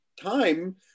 time